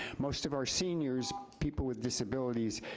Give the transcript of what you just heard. most of our seniors, people with disabilities,